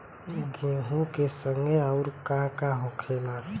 गेहूँ के संगे अउर का का हो सकेला?